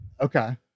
Okay